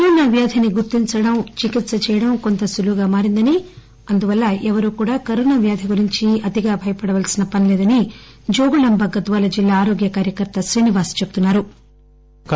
corona వ్యాధిని గుర్తించడం చికిత్స చేయడం కొంత సులువుగా మారిందని అందువల్ల ఎవ్వరూ కూడా కరోనా వ్యాధి గురించి భయపదాల్సిన పని లేదని జోగులాంబ గద్యాల జిల్లా ఆరోగ్య కార్యకర్త శ్రీనివాస్ చెపున్నారు